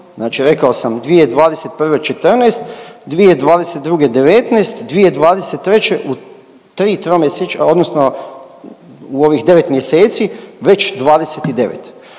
znači rekao sam, 2021. 14, 2022. 19. 2023. u tri tromjesečja odnosno u ovih 9 mjeseci već 29.